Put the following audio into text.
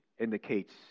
indicates